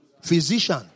Physician